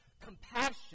compassion